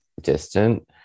distant